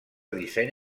disseny